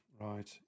Right